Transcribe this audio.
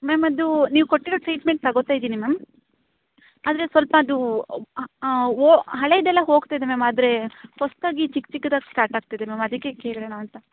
ma'am ಅದು ನೀವು ಕೊಟ್ಟಿರೋ ಟ್ರೀಟ್ಮೆಂಟ್ ತೊಗೋತ ಇದ್ದೀನಿ ಮ್ಯಾಮ್ ಆದರೆ ಸ್ವಲ್ಪ ಅದು ಓ ಹಳೆಯದೆಲ್ಲ ಹೋಗ್ತಿದೆ ಮ್ಯಾಮ್ ಆದ್ರೆ ಹೊಸ್ದಾಗಿ ಚಿಕ್ಕ ಚಿಕ್ಕದಾಗಿ ಸ್ಟಾರ್ಟ್ ಆಗ್ತಿದೆ ಮ್ಯಾಮ್ ಅದಕ್ಕೆ ಕೇಳೋಣ ಅಂತ